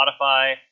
Spotify